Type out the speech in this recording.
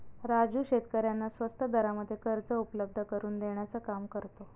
राजू शेतकऱ्यांना स्वस्त दरामध्ये कर्ज उपलब्ध करून देण्याचं काम करतो